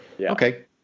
Okay